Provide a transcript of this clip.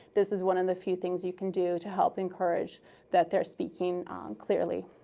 this is one of the few things you can do to help encourage that they're speaking clearly.